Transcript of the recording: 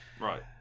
right